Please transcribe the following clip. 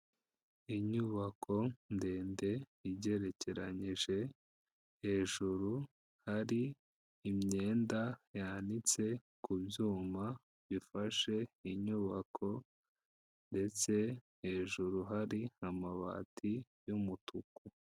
Inyubako ndende igerekeranije, hejuru hari imyenda yanitse ku byuma bifashe inyubako ndetse hejuru hari amabati y'umutuku.